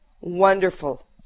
wonderful